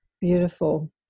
beautiful